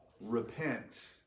Repent